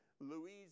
Louise